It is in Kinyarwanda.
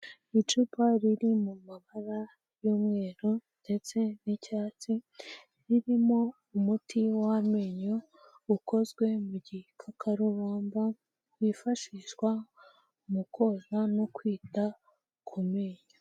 Icupa riri mu mabara y'umweru ndetse n'icyatsi ririmo umuti w'amenyo ukozwe mu igikakarubamba wifashishwa mu koza no kwita kumenyo.